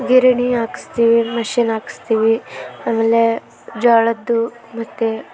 ಗಿರಣಿ ಹಾಕ್ಸ್ತಿವಿ ಮಷಿನ್ ಹಾಕ್ಸ್ತಿವಿ ಆಮೇಲೇ ಜೋಳದ್ದು ಮತ್ತು